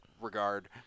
regard